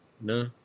No